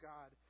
God